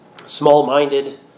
Small-minded